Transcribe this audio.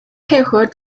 配合